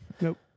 Nope